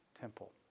temple